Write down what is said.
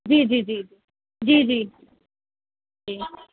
جی جی جی جی جی جی